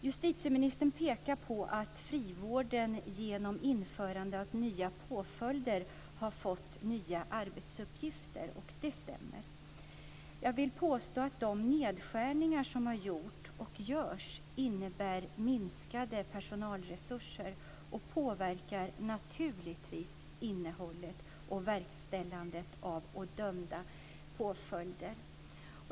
Justitieministern pekar på att frivården genom införande av nya påföljder har fått nya arbetsuppgifter, och det stämmer. Jag vill påstå att de nedskärningar som har gjorts och görs innebär minskade personalresurser och att de naturligtvis påverkar innehållet och verkställandet av dömda påföljder.